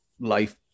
life